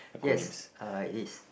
yes uh it's